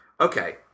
okay